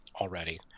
already